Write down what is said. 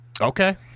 Okay